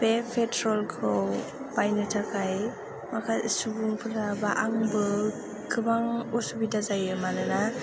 बे पेट्रलखौ बायनो थाखाय माखासे सुबुंफोरा बा आंबो गोबां उसुबिदा जायो मानोना